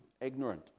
ignorant